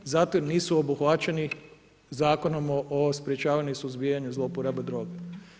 Zato jer nisu obuhvaćeni Zakonom o sprječavanju i suzbijanju zloporabe droga.